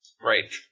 Right